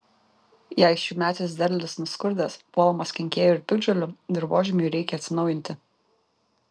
jei šiųmetis derlius nuskurdęs puolamas kenkėjų ir piktžolių dirvožemiui reikia atsinaujinti